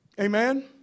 Amen